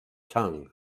tongue